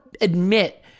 admit